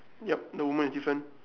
yup the woman is different